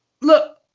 look